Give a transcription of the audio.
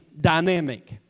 dynamic